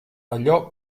allò